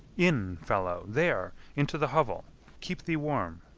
in, fellow, there, into the hovel keep thee warm.